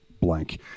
blank